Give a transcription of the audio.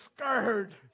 scared